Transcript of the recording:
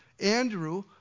Andrew